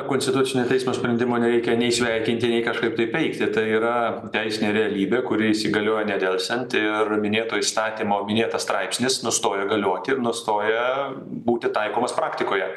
konstitucinio teismo sprendimo nereikia nei sveikinti nei kažkaip tai peikti tai yra teisinė realybė kuri įsigaliojo nedelsiant ir minėto įstatymo minėtas straipsnis nustoja galioti nustoja būti taikomas praktikoje